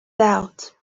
out